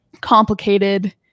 complicated